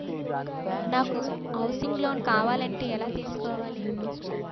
నాకు housing loan కావాలంటే ఎలా తీసుకోవాలి?